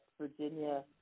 Virginia